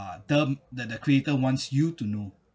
term that the creator wants you to know